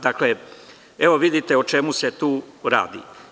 Dakle, vidite o čemu se tu radi.